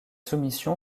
soumission